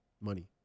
Money